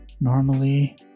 normally